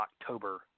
October